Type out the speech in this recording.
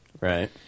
right